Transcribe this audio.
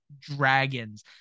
Dragons